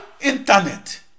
internet